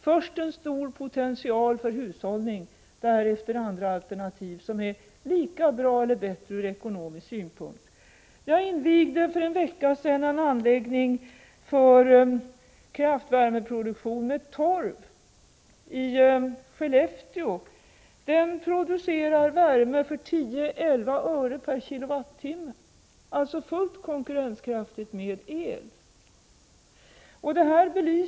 Först har vi en stor potential för hushållning, därefter andra alternativ som är lika bra eller bättre ur ekonomisk synpunkt. Jag invigde för en vecka sedan i Skellefteå en anläggning för kraftvärmeproduktion med torv. Den producerar värme för 10-11 öre per kilowattimme, alltså fullt konkurrenskraftigt i förhållande till el.